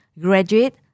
graduate